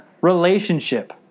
relationship